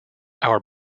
our